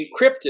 encrypted